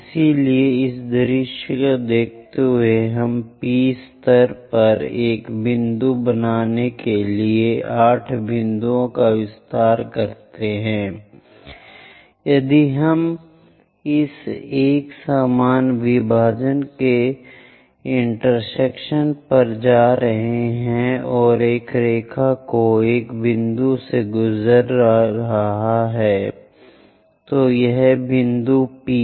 इसलिए इस दृश्य को देखते हुए हम P स्तर पर एक बिंदु बनाने के लिए इस 8 बिंदु का विस्तार करते हैं यदि हम इस 1 समान विभाजन के चौराहे पर जा रहे हैं और एक रेखा जो 1 बिंदु से गुजर रही है जो एक बिंदु बनाने जा रही है P1